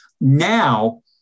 Now